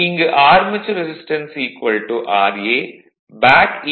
சரி இங்கு armature resistance ra back ஈ